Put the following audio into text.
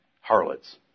Harlots